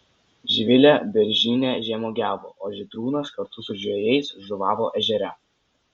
živilė beržyne žemuogiavo o žydrūnas kartu su žvejais žuvavo ežere